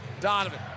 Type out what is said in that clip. Donovan